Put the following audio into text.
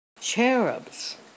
Cherubs